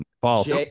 False